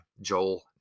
Joel